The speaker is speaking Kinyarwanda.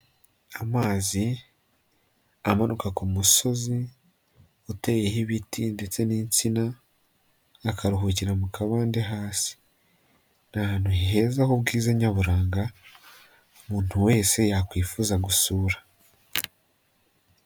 Amazi amanuka ku musozi uteyeho ibiti ndetse n'insina, akaruhukira mu kabande hasi, ni ahantu heza hari ubwiza nyaburanga umuntu wese yakwifuza gusura.